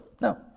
No